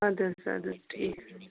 ادٕ حظ ادٕ حظ ٹھیٖک حظ چھُ